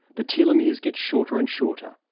the telomeres get shorter and shorter.